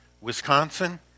Wisconsin